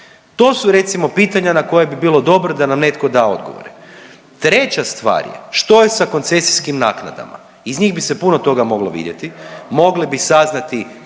To su recimo pitanja na koja bi bilo dobro da nam netko da odgovore. Treća stvar je, što je sa koncesijskim naknadama? Iz njih bi se puno toga moglo vidjeti, mogli bi saznati